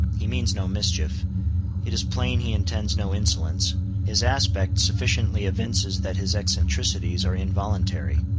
he means no mischief it is plain he intends no insolence his aspect sufficiently evinces that his eccentricities are involuntary.